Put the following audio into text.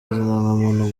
indangamuntu